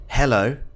Hello